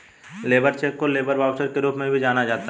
labour cheque को labour voucher के रूप में भी जाना जाता है